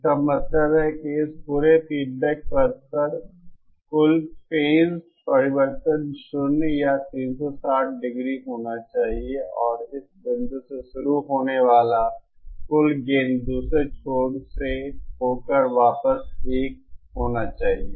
इसका मतलब है कि इस पूरे फीडबैक पथ पर कुल फेज परिवर्तन शून्य या 360 डिग्री होना चाहिए और इस बिंदु से शुरू होने वाला कुल गेन दूसरे छोर से होकर वापस 1 होना चाहिए